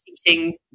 seating